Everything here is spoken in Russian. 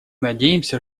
надеемся